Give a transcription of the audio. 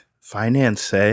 finance